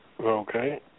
Okay